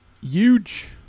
Huge